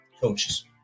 Coaches